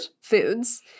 foods